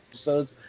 episodes